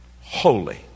holy